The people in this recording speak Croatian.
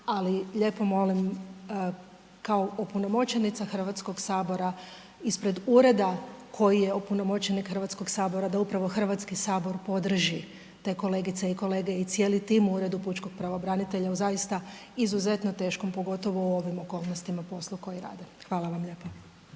ali lijepo molim, kao opunomoćenica Hrvatskog sabora, ispred ured koji je opunomoćenik Hrvatskog sabora, da upravo Hrvatski sabor podrži te kolegice i kolege i cijeli tim u Uredu pučkog pravobranitelja, evo zaista izuzetno teškom, pogotovo u ovim okolnostima i poslu koji rade. Hvala vam lijepa.